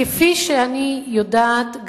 כפי שאני יודעת,